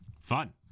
Fun